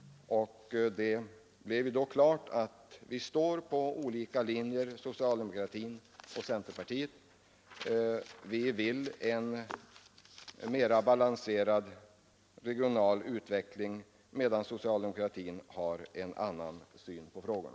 Det blev då klart att socialdemokratin och centerpartiet står på olika linjer. Vi vill ha en mera balanserad regional utveckling, medan socialdemokratin har en annan syn på frågan.